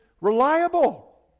reliable